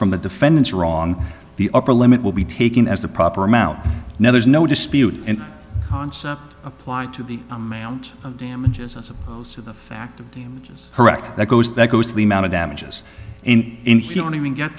from the defendant's wrong the upper limit will be taken as the proper amount now there's no dispute and apply to the amount of damages as opposed to the fact of damages correct that goes that goes to the amount of damages and inhuman even get